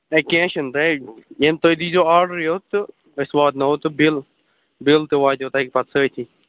ہے کیٚنٛہہ حظ چھُنہٕ تُہۍ ہے ییٚلہِ تُہۍ دِیٖزیٚو آرڈرٕے یوت تہٕ أسۍ واتٕناوَو تہٕ بِل بِل تہِ واتٮ۪و تۄہہِ پَتہٕ سۭتی